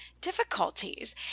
difficulties